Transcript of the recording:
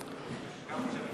לסעיף 33,